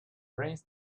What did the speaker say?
brains